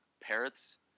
parrots